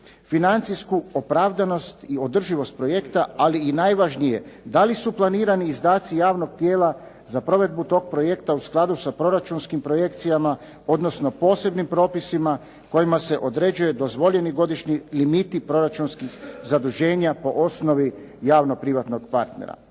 financijsku opravdanost i održivost projekta, ali i najvažnije da li su planirani izdaci javnog tijela za provedbu tog projekta u skladu sa proračunskim projekcijama, odnosno posebnim propisima kojima se određuje dozvoljeni godišnji limiti proračunskih zaduženja po osnovi javnog privatnog partnerstva.